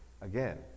again